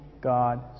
God